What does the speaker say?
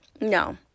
No